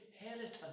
inheritance